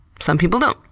some people don't.